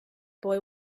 boy